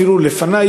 אפילו לפני,